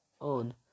On